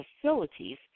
facilities